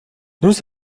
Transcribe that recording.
nous